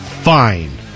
fine